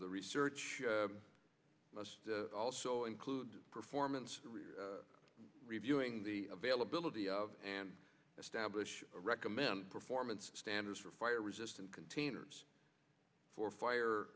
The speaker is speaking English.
the research must also include performance reviewing the availability of and establish recommended performance standards for fire resistant containers for fire